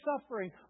suffering